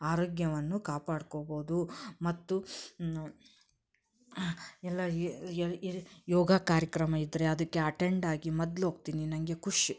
ಆರೋಗ್ಯವನ್ನು ಕಾಪಾಡ್ಕೋಬೋದು ಮತ್ತು ನ ಎಲ್ಲ ಯೋಗ ಕಾರ್ಯಕ್ರಮ ಇದ್ದರೆ ಅದಕ್ಕೆ ಅಟೆಂಡಾಗಿ ಮೊದ್ಲ್ ಹೋಗ್ತೀನಿ ನನಗೆ ಖುಷಿ